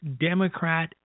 Democrat